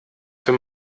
für